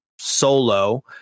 solo